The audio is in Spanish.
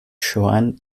joan